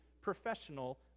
professional